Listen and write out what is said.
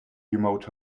remote